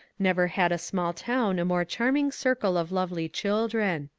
never had a small town a more charming circle of lovely chil dren.